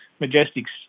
Majestic's